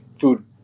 food